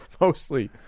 mostly